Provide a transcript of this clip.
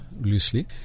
loosely